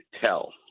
tell